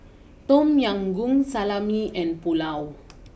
Tom Yam Goong Salami and Pulao